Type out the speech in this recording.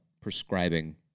prescribing